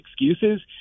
excuses